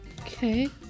Okay